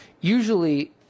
usually –